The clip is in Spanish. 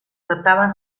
trataban